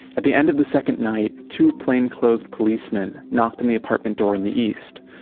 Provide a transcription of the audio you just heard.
at the end of the second night, two plain-clothed policemen knocked on the apartment door in the east.